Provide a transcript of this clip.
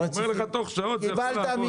הוא אומר לך שתוך שעות זה יכול לעבוד.